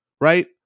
right